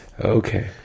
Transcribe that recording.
Okay